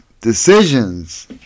decisions